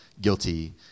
guilty